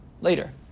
later